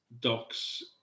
Doc's